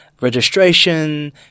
registration